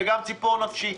וגם ציפור נפשי.